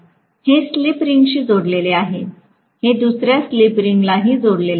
हे स्लिप रिंगशी जोडलेले आहे हे दुसर्या स्लिप रिंगलाही जोडलेले आहे